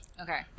Okay